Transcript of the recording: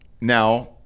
now